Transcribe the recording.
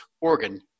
organ